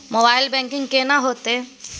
Mobile banking केना हेते?